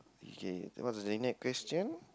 okay what is the next question